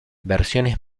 versiones